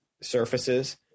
surfaces